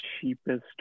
cheapest